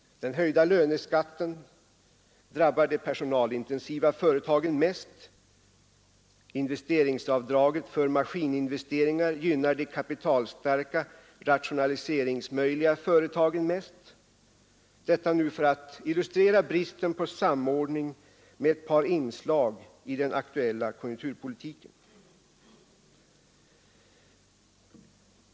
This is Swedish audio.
Den höjda löneskatten drabbar de personalintensiva företagen mest. Investeringsavdraget för maskininvesteringar gynnar de kapitalstarka rationaliseringsmöjliga företagen mest. Detta nämner jag för att illustrera bristen på samordning med ett par inslag i den aktuella konjunkturpolitiken.